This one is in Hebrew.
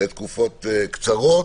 לתקופות קצרות,